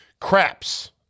craps